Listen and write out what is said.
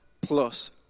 plus